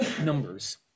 numbers